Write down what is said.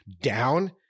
down